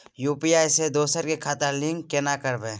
UPI से दोसर के खाता लिंक केना करबे?